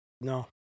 No